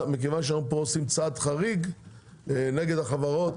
שמכיוון שאנחנו עושים צעד חריג נגד החברות,